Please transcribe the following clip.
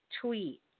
tweet